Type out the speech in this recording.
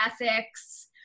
ethics